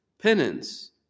penance